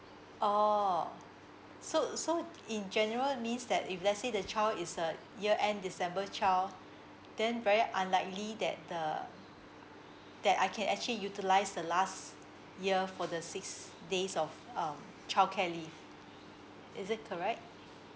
oh so so in general means that if let's say the child is a year end december child then very unlikely that the that I can actually utilise the last year for the six days of um childcare leave is it correct